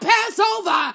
Passover